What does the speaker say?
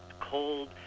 cold